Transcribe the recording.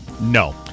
No